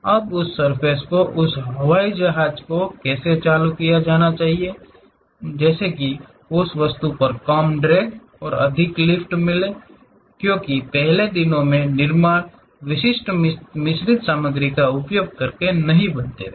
अब उस सर्फ़ेस को उस हवाई जहाज को कैसे चालू किया जाना चाहिए जैसे कि उस वस्तु पर कम ड्रैग और अधिक लिफ्ट होना क्योंकि पहले के दिनो मे निर्माण विशिष्ट मिश्रित सामग्री का उपयोग नहीं करते थे